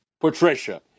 Patricia